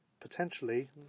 Potentially